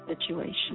situation